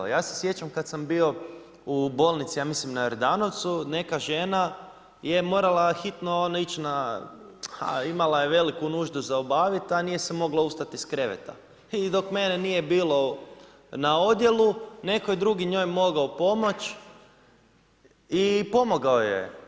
Ja se sjećam kad sam bio u bolnici, ja mislim na Jordanovcu, neka žena je morala hitno ić na, a imala je veliku nuždu za obavit, a nije se mogla ustat iz kreveta i dok mene nije bilo na odjelu, netko je drugi njoj mogao pomoć i pomogao joj je.